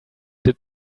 did